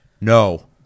no